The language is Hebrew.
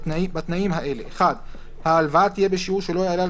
בתנאים האלה: (1)ההלוואה תהיה בשיעור שלא יעלה על